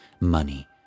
money